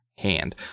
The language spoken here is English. hand